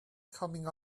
coming